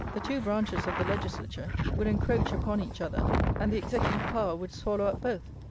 the two branches of the legislature would encroach upon each other and the executive power would swallow up both.